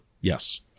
yes